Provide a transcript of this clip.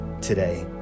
today